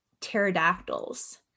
pterodactyls